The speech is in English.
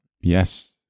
Yes